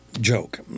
joke